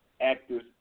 actors